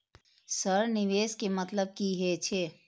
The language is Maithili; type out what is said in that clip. सर निवेश के मतलब की हे छे?